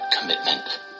commitment